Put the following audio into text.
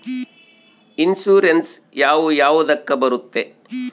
Insurance ಯಾವ ಯಾವುದಕ್ಕ ಬರುತ್ತೆ?